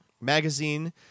magazine